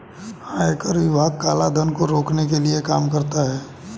आयकर विभाग काला धन को रोकने के लिए काम करता है